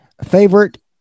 Favorite